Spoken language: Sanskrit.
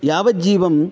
यावज्जीवं